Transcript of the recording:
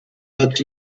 but